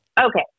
Okay